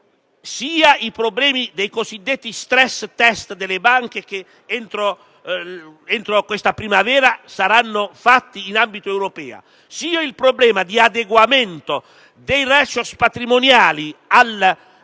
sia la questione dei cosiddetti *stress test* delle banche, che entro questa primavera saranno fatti in ambito europeo, sia il problema dell'adeguamento dei *ratios* patrimoniali alle